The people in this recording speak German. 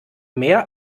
mehr